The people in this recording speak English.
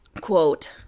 quote